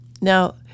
Now